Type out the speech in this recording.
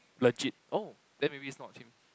legit oh then maybe it's not him